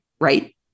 right